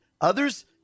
others